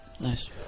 Nice